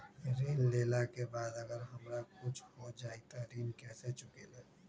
ऋण लेला के बाद अगर हमरा कुछ हो जाइ त ऋण कैसे चुकेला?